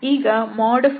ಈಗ drds ಇದರ ಮೌಲ್ಯ 1